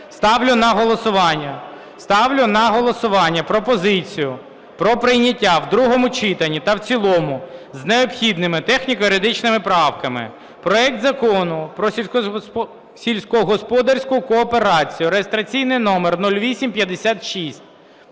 Ставлю на голосування пропозицію про прийняття в другому читанні та в цілому з необхідними техніко-юридичними правками проект Закону сільськогосподарську кооперацію (реєстраційний номер 0856).